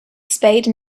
spade